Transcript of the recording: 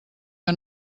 que